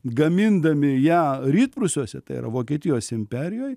gamindami ją rytprūsiuose tai yra vokietijos imperijoj